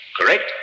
Correct